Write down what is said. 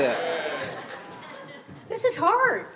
it this is hard